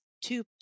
two